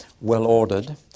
well-ordered